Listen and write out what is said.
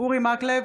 אורי מקלב,